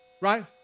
right